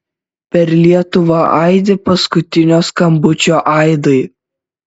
per lietuvą aidi paskutinio skambučio aidai